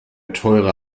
teure